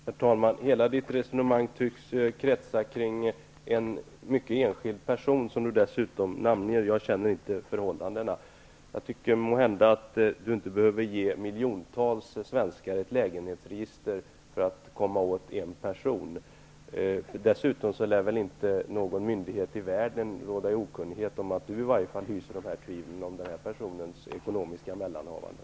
Herr talman! Bert Karlssons hela resonemang tycks kretsa kring en enskild person som dessutom namnges. Jag känner inte till förhållandena. Jag tycker måhända att Bert Karlsson inte behöver ge miljontals svenskar ett lägenhetsregister för att komma åt en person. Dessutom lär väl ingen myndighet i världen sväva i okunnighet om att Bert Karlsson hyser dessa tvivel om denna persons ekonomiska mellanhavanden.